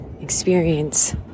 experience